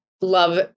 love